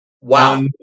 Wow